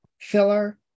filler